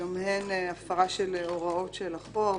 שעניינו ההתיישנות בחש"צ,